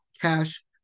cash